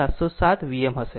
707 Vm હશે